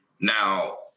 Now